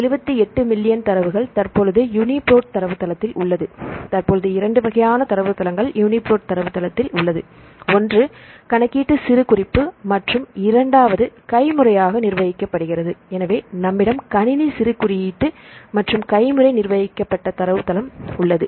78 million தரவுகள் தற்பொழுது UniProt தரவுத்தளத்தில் உள்ளது தற்பொழுது இரண்டுவகையான தரவுத்தளங்கள் யுனிபிராட் தரவுத்தளத்தில் உள்ளது ஒன்று கணக்கீட்டு சிறு குறிப்பு மற்றும் இரண்டாவது கைமுறையாக நிர்வகிக்கப்படுகிறது எனவே நம்மிடம் கணினி சிறு குறியீட்டு மற்றும் கைமுறை நிர்வகிக்கப்பட்ட தரவு தளம் உள்ளது